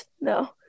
No